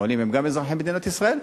העולים גם הם אזרחי מדינת ישראל,